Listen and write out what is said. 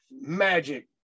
magic